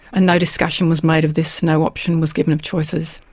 and no discussion was made of this, no option was given of choices,